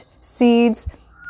seeds